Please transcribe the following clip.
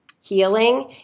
healing